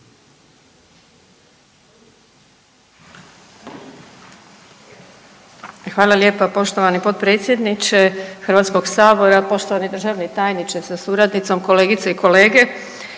Hvala lijepo poštovani potpredsjedniče Hrvatskoga sabora. Poštovani državni tajniče sa suradnicom, kolegice i kolege.